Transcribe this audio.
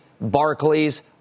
Barclays